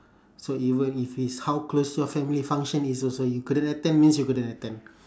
so even if is how close your family function is also you couldn't attend means you couldn't attend